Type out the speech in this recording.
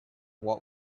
what